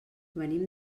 venim